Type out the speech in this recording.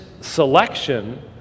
selection